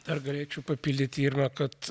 ar galėčiau papildyti irmą kad